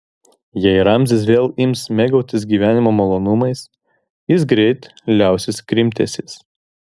jei ramzis vėl ims mėgautis gyvenimo malonumais jis greit liausis krimtęsis